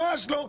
ממש לא.